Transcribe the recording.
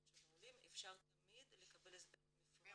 של העולים אפשר תמיד לקבל הסבר מפורט.